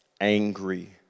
Angry